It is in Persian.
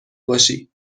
باشی